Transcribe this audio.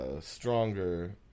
stronger